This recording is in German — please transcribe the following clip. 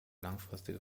langfristige